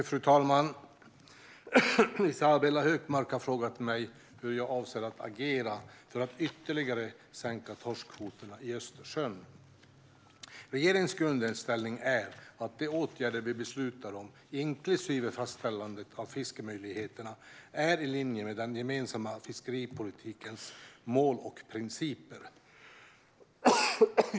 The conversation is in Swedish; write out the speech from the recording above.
Fru talman! Isabella Hökmark har frågat mig hur jag avser att agera för att ytterligare sänka torskkvoterna i Östersjön. Regeringens grundinställning är att de åtgärder vi beslutar om, inklusive fastställandet av fiskemöjligheterna, är i linje med den gemensamma fiskeripolitikens mål och principer.